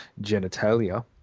genitalia